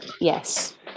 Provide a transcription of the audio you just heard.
yes